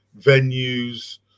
venues